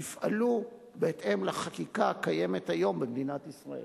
יפעלו בהתאם לחקיקה הקיימת היום במדינת ישראל.